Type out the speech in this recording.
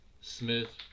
smith